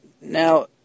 Now